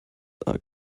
are